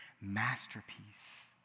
masterpiece